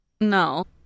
No